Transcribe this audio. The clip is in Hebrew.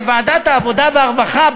בוועדת העבודה והרווחה,